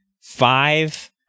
five